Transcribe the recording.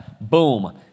Boom